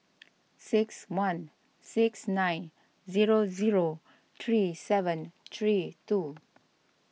six one six nine zero zero three seven three two